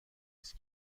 است